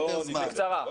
בקצרה.